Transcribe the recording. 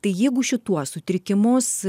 tai jeigu šituos sutrikimus